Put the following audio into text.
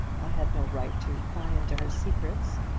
i had no right to pry into her secrets.